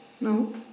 No